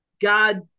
God